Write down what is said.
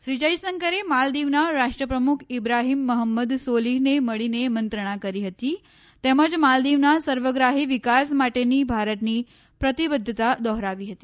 શ્રી જયશંકરે માલદીવના રાષ્ટ્રપ્રમુખ ઈબ્રાહીમ મહમ્મદ સોલીહને મળીને મંત્રણા કરી હતી તેમજ માલદીવના સર્વગ્રાફી વિકાસ માટેની ભારતની પ્રતિબદ્વતા દોહરાવી હતી